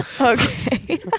Okay